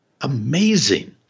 Amazing